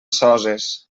soses